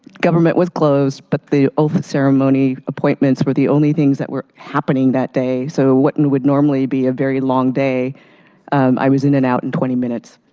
government was closed, but the oath ceremony appointments were the only things that were happening that day. so what and would normally be a very long day i was in and out in twenty minutes.